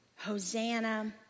Hosanna